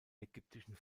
ägyptischen